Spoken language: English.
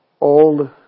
old